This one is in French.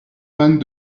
vingt